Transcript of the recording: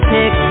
Pick